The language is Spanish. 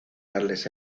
darles